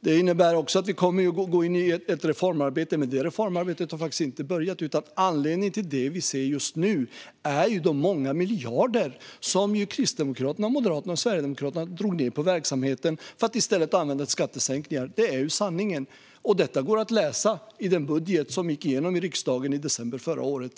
Det innebär också att vi kommer att gå in i ett reformarbete, men detta har ännu inte börjat. Anledning till det vi ser just nu är de många miljarder som Kristdemokraterna, Moderaterna och Sverigedemokraterna drog bort från verksamheten för att i stället använda till skattesänkningar. Detta är sanningen och går att läsa om i den budget som gick igenom i riksdagen i december förra året.